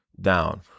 down